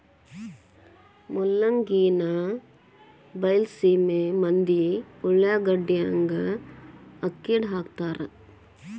ಮೂಲಂಗಿನಾ ಬೈಲಸೇಮಿ ಮಂದಿ ಉಳಾಗಡ್ಯಾಗ ಅಕ್ಡಿಹಾಕತಾರ